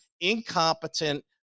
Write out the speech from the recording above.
incompetent